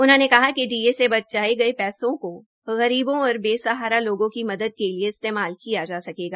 उन्होंने कहा कि डी ए से बचाये पैसों को गरीबों और बे सहारा लोगों की मदद के लिए इस्तेमाल किया जा सकेगा